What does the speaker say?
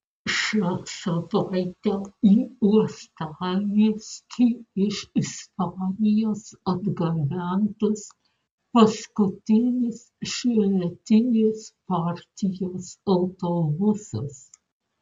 šią savaitę į uostamiestį iš ispanijos atgabentas paskutinis šiemetinės partijos autobusas